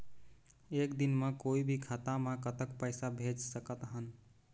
एक दिन म कोई भी खाता मा कतक पैसा भेज सकत हन?